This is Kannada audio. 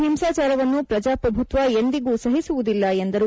ಹಿಂಸಾಚಾರವನ್ನು ಪ್ರಜಾಪ್ರಭುತ್ವ ಎಂದಿಗೂ ಸಹಿಸುವುದಿಲ್ಲ ಎಂದರು